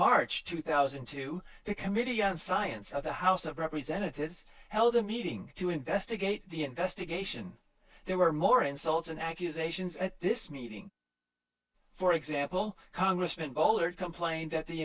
march two thousand and two the committee on science of the house of representatives held a meeting to investigate the investigation there were more insults and accusations at this meeting for example congressman boehlert complained that the